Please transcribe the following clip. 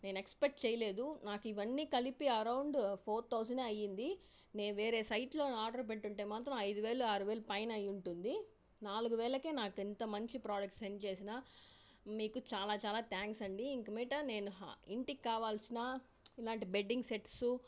నేను ఎక్స్పెక్ట్ చేయలేదు నాకు ఇవన్నీ కలిపి అరౌండ్ ఫోర్ థౌసండ్ఏ అయ్యింది నేను వేరే సైట్లో ఆర్డర్ పెట్టి ఉంటే మాత్రం ఐదు వేల ఆరు వేలు పైన అయ్యి ఉంటుంది నాలుగు వేలకు నాకు ఎంత మంచి ప్రోడక్ట్ సెండ్ చేసిన మీకు చాలా చాలా థ్యాంక్స్ అండి ఇక మీదట నేను ఇంటికి కావాల్సిన ఇలాంటి బెడ్డింగ్ సెట్స్